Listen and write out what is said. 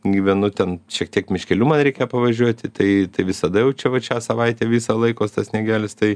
gyvenu ten šiek tiek miškeliu man reikia pavažiuoti tai tai visada jau čia vat šią savaitę visą laikos tas sniegelis tai